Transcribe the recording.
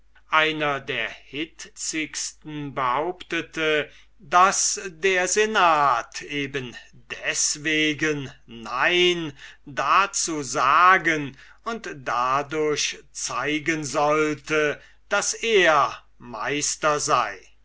einer der hitzigsten behauptete daß der senat eben deswegen nein dazu sagen und dadurch zeigen sollte daß er meister sei